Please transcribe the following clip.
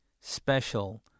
special